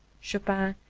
chopin,